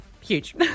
huge